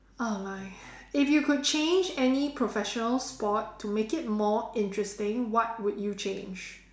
uh my if you could change any professional sport to make it more interesting what would you change